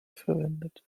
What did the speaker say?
verwendet